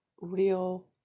real